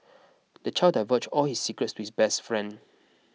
the child divulged all his secrets to his best friend